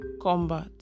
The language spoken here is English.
combat